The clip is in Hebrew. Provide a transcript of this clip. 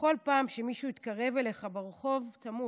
בכל פעם שמישהו יתקרב אליך ברחוב תמות,